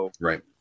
Right